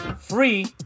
free